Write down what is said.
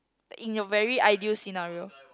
in your very ideal scenario